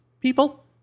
people